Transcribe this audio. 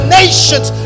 nations